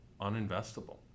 uninvestable